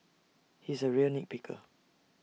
he's A real nit picker